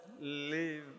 live